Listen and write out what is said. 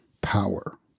power